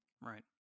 Right